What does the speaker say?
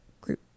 group